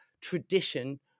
tradition